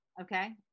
Okay